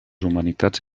humanitats